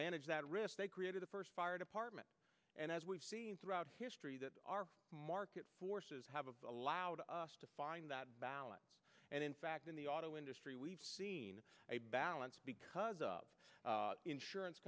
manage that risk they created the first fire department and as we've seen throughout history that our market forces have allowed us to find that balance and in fact in the auto industry we've seen a balance because of insurance